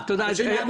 אדוני היושב-ראש,